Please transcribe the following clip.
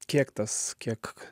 kiek tas kiek